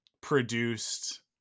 produced